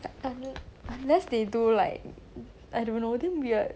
I mean unless they do like I don't know damn weird